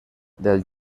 del